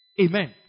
Amen